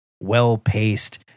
well-paced